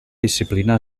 disciplina